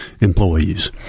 employees